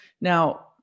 Now